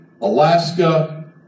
Alaska